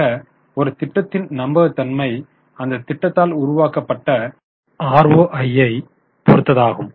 ஆக ஒரு திட்டத்தின் நம்பகத்தன்மை அந்த திட்டத்தால் உருவாக்கப்பட்ட ROI ஐப் பொறுத்ததாகும்